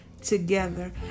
together